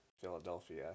philadelphia